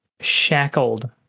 shackled